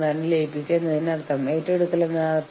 യൂണിയന്റെ കൈവശം അത്രയധികം പണമില്ലായിരിക്കാം